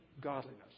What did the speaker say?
godliness